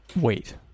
Wait